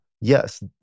yes